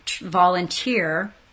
volunteer –